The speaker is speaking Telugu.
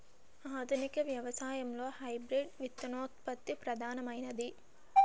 ఆధునిక వ్యవసాయంలో హైబ్రిడ్ విత్తనోత్పత్తి ప్రధానమైనది